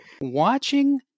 Watching